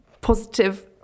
positive